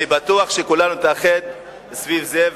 אני בטוח שכולנו נתאחד סביב זה.